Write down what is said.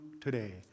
today